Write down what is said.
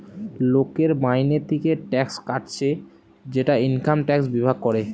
লোকের মাইনে থিকে ট্যাক্স কাটছে সেটা ইনকাম ট্যাক্স বিভাগ করে